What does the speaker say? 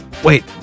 Wait